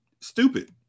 stupid